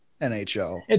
NHL